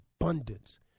abundance